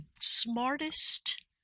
smartest